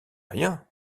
rien